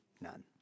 None